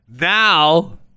now